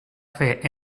fer